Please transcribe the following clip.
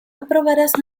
aprobarás